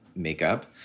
Makeup